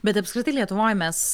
bet apskritai lietuvoj mes